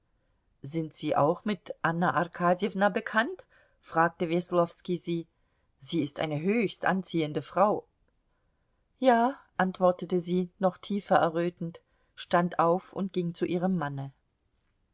sind sie auch mit anna arkadjewna bekannt fragte weslowski sie sie ist eine höchst anziehende frau ja antwortete sie noch tiefer errötend stand auf und ging zu ihrem manne